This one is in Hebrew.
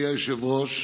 אני מציע שנאפשר,